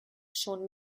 schon